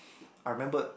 I remember